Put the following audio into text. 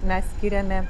mes skiriame